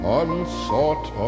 unsought